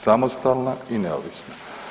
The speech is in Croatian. Samostalna i neovisna.